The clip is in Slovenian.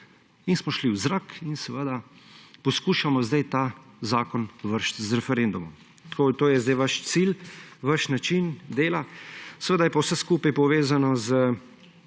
In smo šli v zrak in seveda poskušamo sedaj ta zakon vreči z referendumom. To je sedaj vaš cilj, vaš način dela. Seveda je pa vse skupaj povezano z